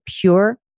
pure